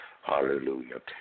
Hallelujah